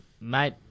Mate